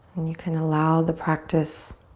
and you can allow the practice